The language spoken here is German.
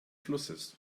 flusses